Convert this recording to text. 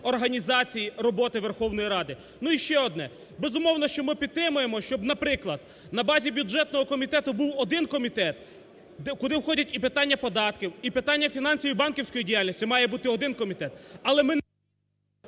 організації роботи Верховної Ради. Ну, і ще одне. Безумовно, що ми підтримуємо, щоб, наприклад, на базі бюджетного комітету був один комітет, куди входять і питання податків, і питання фінансів і банківської діяльності. Має бути один комітет.